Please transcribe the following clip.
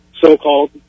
so-called